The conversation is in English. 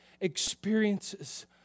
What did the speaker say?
experiences